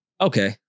okay